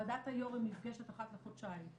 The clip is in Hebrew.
ועדת היו"רים נפגשת אחת לחודשיים,